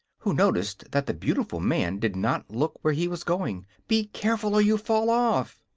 who noticed that the beautiful man did not look where he was going be careful, or you'll fall off!